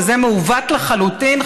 וזה מעוות לחלוטין,